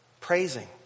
praising